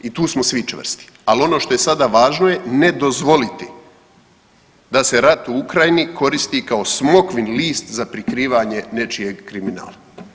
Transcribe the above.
I tu smo svi čvrsti, ali ono što je sada važno je ne dozvoliti da se rat u Ukrajini koristi kao smokvin list za prikrivanje nečijeg kriminala.